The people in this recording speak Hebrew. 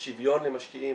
שוויון למשקיעים.